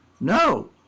no